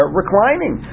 reclining